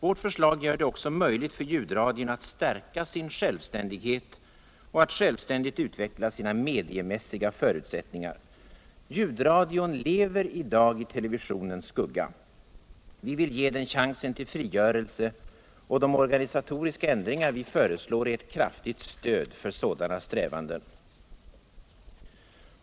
Vårt förslag gör det också möjligt för ljudradion att stärka sin silälvständighet och att utveckla sina mediemässiga förutsättningar. Ljudradion lever i dag i televisionens skugga. Vi vill ge den chansen tll frigörelse. och de organisatoriska ändringar vi föreslår är ett krafuigt stöd för sådana strävanden.